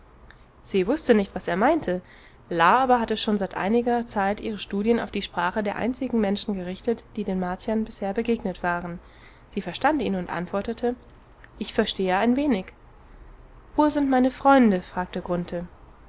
se wußte nicht was er meinte la aber hatte schon seit einiger zeit ihre studien auf die sprache der einzigen menschen gerichtet die den martiern bisher begegnet waren sie verstand ihn und antwortete ich verstehe ein wenig wo sind meine freunde fragte